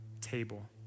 table